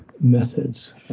methods